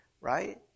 right